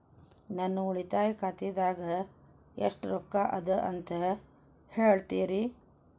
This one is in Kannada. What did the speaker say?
ನನ್ನ ಉಳಿತಾಯ ಖಾತಾದಾಗ ಎಷ್ಟ ರೊಕ್ಕ ಅದ ಅಂತ ಹೇಳ್ತೇರಿ?